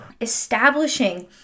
establishing